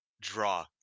draw